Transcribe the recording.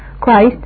Christ